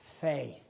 faith